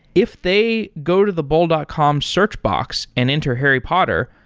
if they go to the bol dot com search box and enter harry potter,